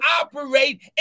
operate